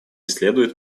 следует